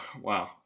Wow